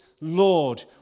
Lord